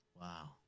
Wow